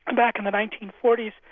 and back in the nineteen forty s,